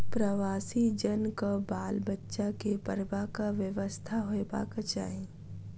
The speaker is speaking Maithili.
प्रवासी जनक बाल बच्चा के पढ़बाक व्यवस्था होयबाक चाही